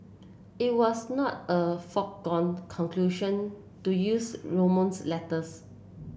it was not a foregone conclusion to use Romans letters